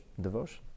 Devotion